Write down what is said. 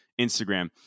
Instagram